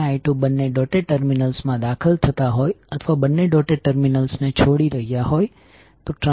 તેથી આપણે બંને મેઝર્સ માટે ના સમીકરણો લખવા માટે કિર્ચોફના વોલ્ટેજના નિયમ Kirchhoffs voltage law નો ઉપયોગ કરી શકીએ છીએ